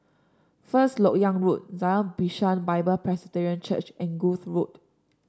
First LoK Yang Road Zion Bishan Bible Presbyterian Church and Kloof Road